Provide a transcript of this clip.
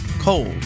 cold